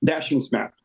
dešims metų